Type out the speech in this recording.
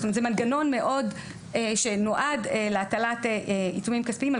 זה מנגנון שנועד להטלת עיצומים כספיים על